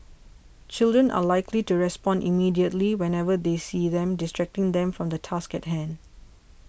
children are likely to respond immediately whenever they see them distracting them from the task at hand